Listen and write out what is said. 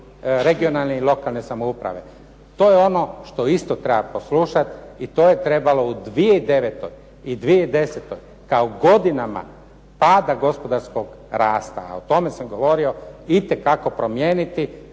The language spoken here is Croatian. regionalne i lokalne samouprave. To je ono što isto treba poslušati i to je trebalo u 2009. i 2010. kao godinama pada gospodarskog rasta, a o tome sam govorio itekako promijeniti